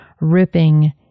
ripping